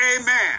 amen